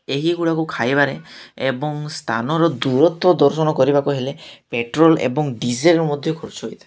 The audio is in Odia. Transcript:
ଏହି ଗୁଡ଼ାକୁ ଖାଇବାରେ ଏବଂ ସ୍ଥାନର ଦୂରତ୍ୱ ଦର୍ଶନ କରିବାକୁ ହେଲେ ପେଟ୍ରୋଲ ଏବଂ ଡିଜେଲ ମଧ୍ୟ ଖର୍ଚ୍ଚ ହୋଇଥାଏ